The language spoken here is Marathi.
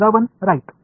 वजा 1 राइट